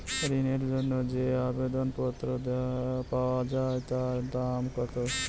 ঋণের জন্য যে আবেদন পত্র পাওয়া য়ায় তার দাম কত?